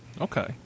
okay